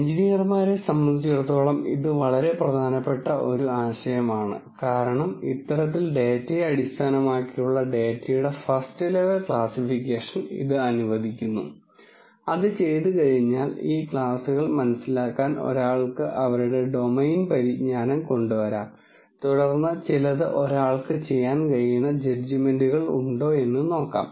എഞ്ചിനീയർമാരെ സംബന്ധിച്ചിടത്തോളം ഇത് വളരെ പ്രധാനപ്പെട്ട ഒരു ആശയമാണ് കാരണം ഇത്തരത്തിൽ ഡാറ്റയെ അടിസ്ഥാനമാക്കിയുള്ള ഡാറ്റയുടെ ഫസ്റ്റ് ലെവൽ ക്ലാസ്സിഫിക്കേഷൻ ഇത് അനുവദിക്കുന്നു അത് ചെയ്തുകഴിഞ്ഞാൽ ഈ ക്ലാസുകൾ മനസിലാക്കാൻ ഒരാൾക്ക് അവരുടെ ഡൊമെയ്ൻ പരിജ്ഞാനം കൊണ്ടുവരാം തുടർന്ന് ചിലത് ഒരാൾക്ക് ചെയ്യാൻ കഴിയുന്ന ജഡ്ജ്മെന്റുകൾ ഉണ്ടോ എന്ന് നോക്കാം